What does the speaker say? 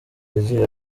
yagiye